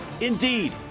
Indeed